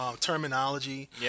terminology